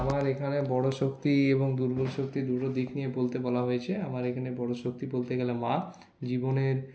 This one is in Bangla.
আমার এখানে বড় শক্তি এবং দুর্বল শক্তি দুটো দিক নিয়ে বলতে বলা হয়েছে আমার এখানে বড় শক্তি বলতে গেলে মা জীবনের